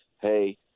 hey